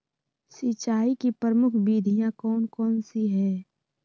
सिंचाई की प्रमुख विधियां कौन कौन सी है?